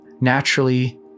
naturally